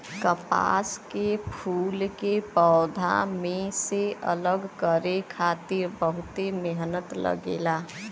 कपास के फूल के पौधा में से अलग करे खातिर बहुते मेहनत लगेला